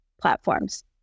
platforms